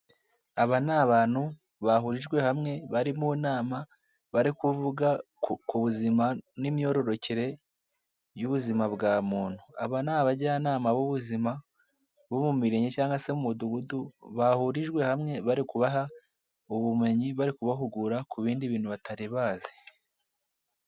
Aba ni abantu bahurijwe hamwe bari mu nama, bari kuvuga ku buzima n'imyororokere y'ubuzima bwa muntu, aba ni abajyanama b'ubuzima bo mu mirenge cyangwa se mu mudugudu, bahurijwe hamwe bari kubaha ubumenyi, bari kubahugura ku bindi bintu batari bazi.